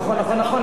נכון,